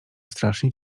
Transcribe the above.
strasznie